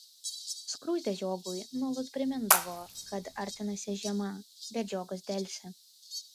skruzdė žiogui nuolat primindavo kad artinasi žiema bet žiogas delsė